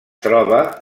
troba